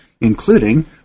including